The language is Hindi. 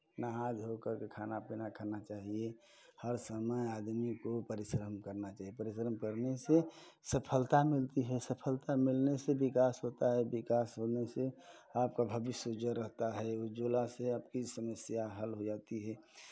नहा धो कर खाना पीना करना चाहिये हर समय आदमी को परिश्रम करना चाहिये परिश्रम करने से सफलता मिलती है सफलता मिलने से विकास होता है विकास होने से आपका भविष्य उज्वल होता है उज्वला से आपकी समस्या हल हो जाती है